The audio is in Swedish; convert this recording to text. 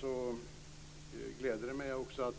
Det gläder mig att